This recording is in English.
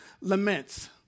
laments